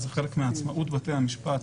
זה חלק מעצמאות בתי המשפט.